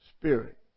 spirit